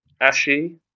Ashy